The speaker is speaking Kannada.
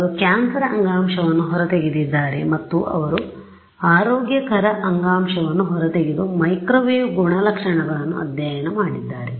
ಅವರು ಕ್ಯಾನ್ಸರ್ ಅಂಗಾಂಶವನ್ನುಹೊರತೆಗೆದಿದ್ದಾರೆ ಮತ್ತು ಅವರು ಆರೋಗ್ಯಕರ ಅಂಗಾಂಶವನ್ನು ಹೊರತೆಗೆದು ಮೈಕ್ರೊವೇವ್ ಗುಣಲಕ್ಷಣಗಳನ್ನು ಅಧ್ಯಯನ ಮಾಡಿದ್ದಾರೆ